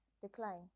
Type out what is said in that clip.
decline